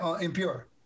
impure